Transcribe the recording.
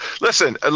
Listen